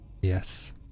Yes